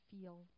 feel